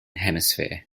hemisphere